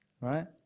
Right